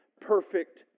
perfect